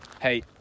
Hey